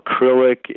acrylic